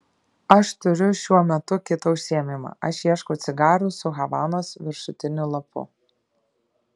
aš turiu šiuo metu kitą užsiėmimą aš ieškau cigarų su havanos viršutiniu lapu